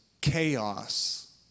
chaos